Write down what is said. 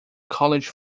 college